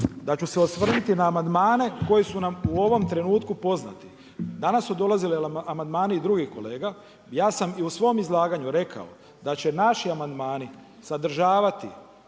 da ću se osvrnuti na amandmane koji su nam u ovom trenutku poznati. Danas su dolazili amandmani i drugih kolega, ja sam i u svom izlaganju rekao da će naši amandmani sadržavati